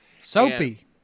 Soapy